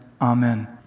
Amen